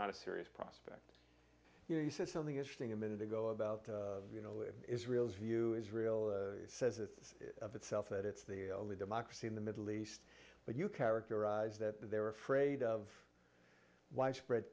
not a serious prospect you know you said something interesting a minute ago about you know israel's view israel says it's itself that it's the only democracy in the middle east that you characterize that they're afraid of widespread